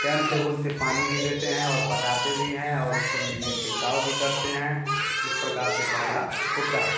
time table से पानी भी देते हैं और पटाते भी हैं और उसको में छिड़काव भी करते हैं उस प्रकार से पौधा होता है